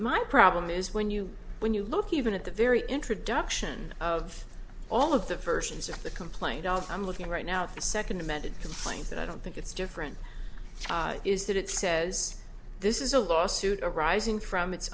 my problem is when you when you look even at the very introduction of all of the versions of the complaint i'm looking right now the second amended complaint that i don't think it's different is that it says this is a lawsuit arising from it